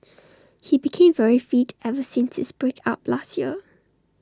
he became very fit ever since his break up last year